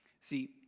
See